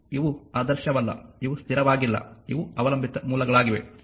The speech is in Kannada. ಆದ್ದರಿಂದ ಇವು ಆದರ್ಶವಲ್ಲ ಇವು ಸ್ಥಿರವಾಗಿಲ್ಲ ಇವು ಅವಲಂಬಿತ ಮೂಲಗಳಾಗಿವೆ